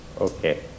Okay